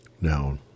Now